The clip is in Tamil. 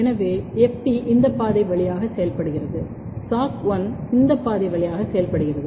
எனவே FT இந்த பாதை வழியாக செயல்படுகிறது SOC1 இந்த பாதை வழியாக செயல்படுகிறது